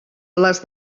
les